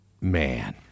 man